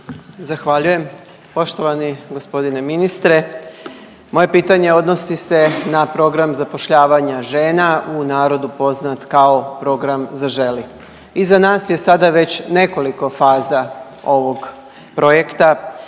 Zahvaljujem. Poštovani gospodine ministre moje pitanje odnosi se na program zapošljavanja žena u narodu poznat kao program Zaželi. Iza nas je sada već nekoliko faza ovog projekta